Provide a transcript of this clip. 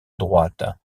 droite